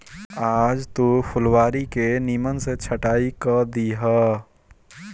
आज तू फुलवारी के निमन से छटाई कअ दिहअ